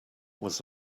was